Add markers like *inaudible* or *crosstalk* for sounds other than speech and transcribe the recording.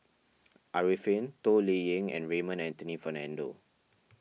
*noise* Arifin Toh Liying and Raymond Anthony Fernando